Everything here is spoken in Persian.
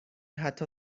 حتی